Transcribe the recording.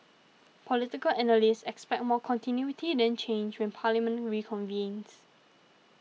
political analysts expect more continuity than change when Parliament reconvenes